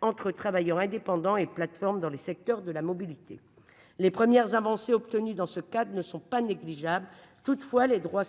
entre travailleurs indépendants et plateformes dans le secteur de la mobilité. Les premières avancées obtenues dans ce cadre ne sont pas négligeables. Toutefois les droits.